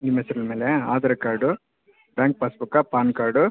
ನಿಮ್ಮ ಹೆಸ್ರುನ ಮೇಲೆ Aadhaar card bank passbook PAN card